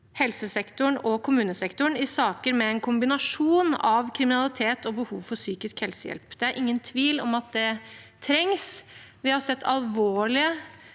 helsesektoren og kommunesektoren i saker med en kombinasjon av kriminalitet og behov for psykisk helsehjelp. Det er ingen tvil om at det trengs. Vi har tidligere sett alvorlige